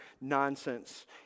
nonsense